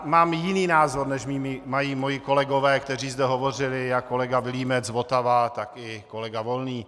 Mám jiný názor než moji kolegové, kteří zde hovořili, jak kolega Vilímec, Votava, tak i kolega Volný.